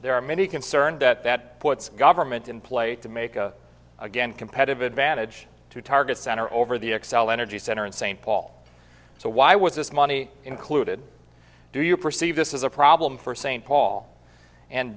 there are many concerned that that puts government in play to make a again competitive advantage to target center over the xcel energy center in st paul so why was this money included do you perceive this is a problem for st paul and